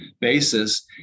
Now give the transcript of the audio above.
basis